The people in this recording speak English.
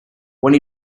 when